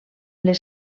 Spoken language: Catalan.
les